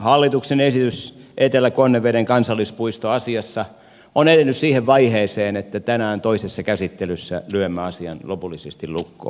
hallituksen esitys etelä konneveden kansallispuistoasiassa on edennyt siihen vaiheeseen että tänään toisessa käsittelyssä lyömme asian lopullisesti lukkoon